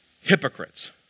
Hypocrites